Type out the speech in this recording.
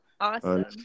Awesome